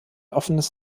offenes